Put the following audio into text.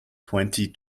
twenty